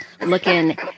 looking